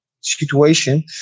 situation